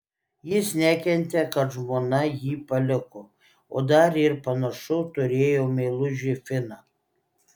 jis nekentė kad žmona jį paliko o dar ir panašu turėjo meilužį finą